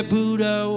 Buddha